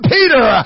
Peter